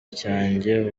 cyanjye